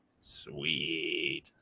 Sweet